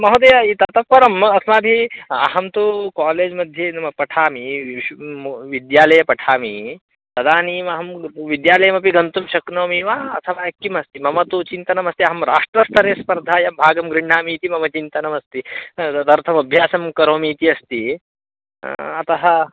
महोदय इ ततः परं अस्माभिः अहं तु कोलेज्मध्ये नाम पठामि विश् मो विद्यालये पठामि तदानीमहं व् विद्यालयमपि गन्तुं शक्नोमि वा अथवा किमस्ति मम तु चिन्तनमस्ति अहं राष्ट्रस्तरीयस्पर्धायां भागं गृह्णामि इति मम चिन्तनम् अस्ति तदर्थम् अभ्यासं करोमि इति अस्ति अतः